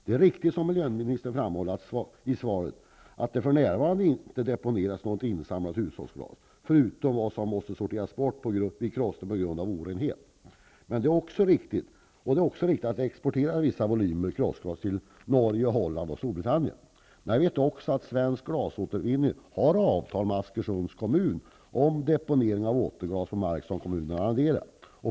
Det är riktigt, som miljöministern framhåller i svaret, att det för närvarande inte deponeras något insamlat hushållsglas, förutom vad som måste sorteras bort vid krossning på grund av orenhet. Det är också riktigt att vi exporterar vissa volymer krossglas till Norge, Holland och Storbritannien. Men jag vet att Svensk Glasåtervinning har avtal med Askersunds kommun om deponering av återglas på mark som kommunen arrenderar.